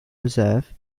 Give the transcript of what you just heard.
reserve